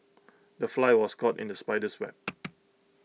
the fly was caught in the spider's web